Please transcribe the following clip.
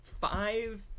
five